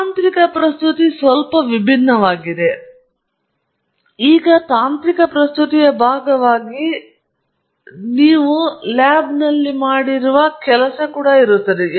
ತಾಂತ್ರಿಕ ಪ್ರಸ್ತುತಿ ಸ್ವಲ್ಪ ವಿಭಿನ್ನವಾಗಿದೆ ನೀವು ಈಗ ತಾಂತ್ರಿಕ ಪ್ರಸ್ತುತಿಯ ಭಾಗವಾಗಿ ಪ್ರಸ್ತುತಪಡಿಸುತ್ತಿರುವ ಲ್ಯಾಬ್ನಲ್ಲಿ ಮಾಡಿದ ಅದೇ ಕೆಲಸ ಕೂಡಾ